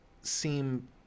seem